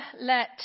let